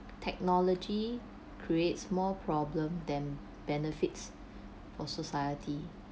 technology creates more problem then benefits for society